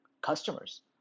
customers